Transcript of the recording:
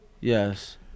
yes